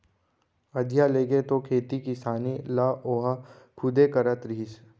अधिया लेके तो खेती किसानी ल ओहा खुदे करत रहिस